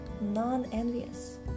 non-envious